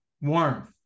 warmth